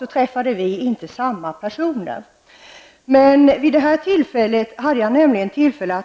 Vi träffade helt uppenbart inte samma personer. Jag träffade vid detta